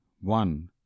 one